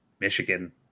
Michigan